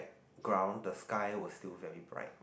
ground the sky was still very bright